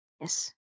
Yes